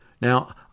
Now